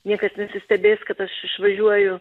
niekas nesistebės kad aš išvažiuoju